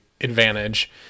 Advantage